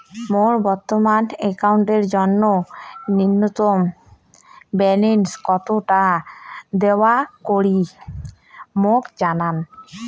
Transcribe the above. মোর বর্তমান অ্যাকাউন্টের জন্য ন্যূনতম ব্যালেন্স কত তা দয়া করি মোক জানান